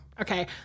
okay